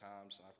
times